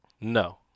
No